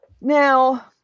Now